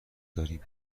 داریم